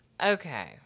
Okay